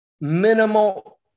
Minimal